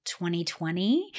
2020